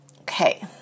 Okay